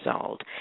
old